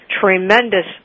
tremendous